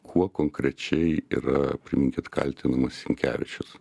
kuo konkrečiai yra priminkit kaltinamas sinkevičius